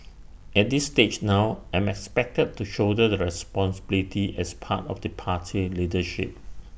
at this stage now I'm expected to shoulder the responsibility as part of the party leadership